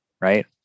right